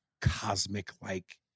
cosmic-like